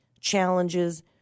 challenges